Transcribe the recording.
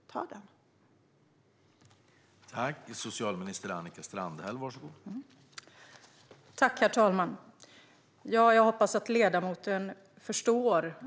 Ta den!